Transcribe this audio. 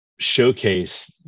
showcase